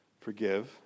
Forgive